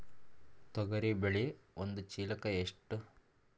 ತೊಗರಿ ಬೇಳೆ ಒಂದು ಚೀಲಕ ಎಷ್ಟು?